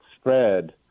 spread